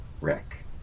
Rick